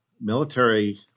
military